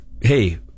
Hey